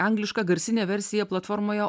angliška garsinė versija platformoje